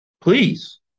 Please